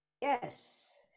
yes